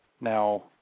Now